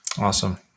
Awesome